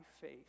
faith